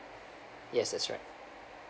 yes that's right